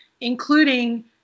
including